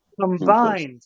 combined